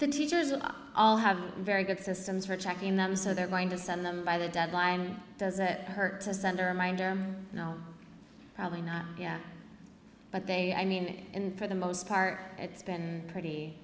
the teachers will all have very good systems for checking them so they're going to send them by the deadline does it hurt to send a reminder no probably not but they i mean for the most part it's been pretty